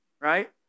right